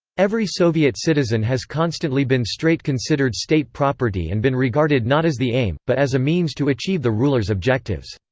every soviet citizen has constantly been straight considered state property and been regarded not as the aim, but as a means to achieve the rulers' objectives.